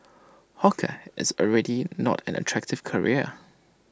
hawker is already not an attractive career